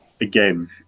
again